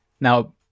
now